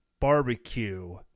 barbecue